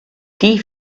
die